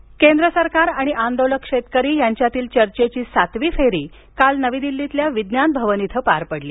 चर्चा केंद्र सरकार आणि आंदोलक शेतकरी यांच्यातील चर्चेची सातवी फेरी काल नवी दिल्लीतील विज्ञान भवन इथं पार पडली